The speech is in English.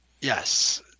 yes